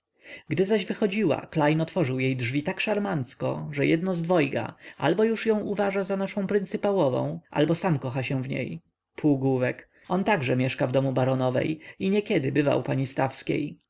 gdy zaś wychodziła klejn otworzył jej drzwi tak szarmancko że jedno z dwojga albo już ją uważa za naszę pryncypałowę albo sam kocha się w niej półgłówek on także mieszka w domu baronowej i niekiedy bywa u pani stawskiej ale